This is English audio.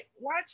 watch